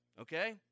okay